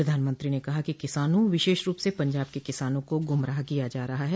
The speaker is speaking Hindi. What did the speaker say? प्रधानमंत्री ने कहा कि किसानों विशेष रूप से पंजाब के किसानों को गुमराह किया जा रहा है